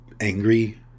angry